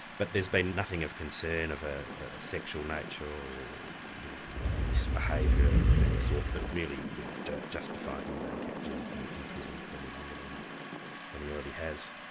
but there's been nothing of concern of a sexual nature, or misbehaviour of any sort, that really would justify him being kept in in prison for any longer than and he already has.